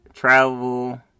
Travel